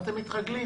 ואתם מתרגלים